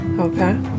Okay